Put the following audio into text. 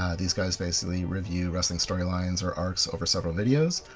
these guys basically review wrestling storylines or arcs over several videos.